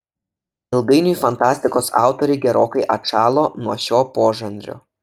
ilgainiui fantastikos autoriai gerokai atšalo nuo šio požanrio